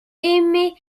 émérite